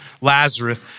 Lazarus